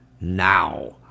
now